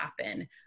happen